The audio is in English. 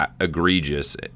egregious